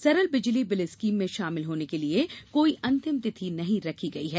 सरल बिजली bill scheme में शामिल होने के लिए कोई अंतिम तिथि नहीं रखी गई है